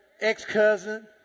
ex-cousin